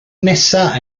nesaf